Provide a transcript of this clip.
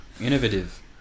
Innovative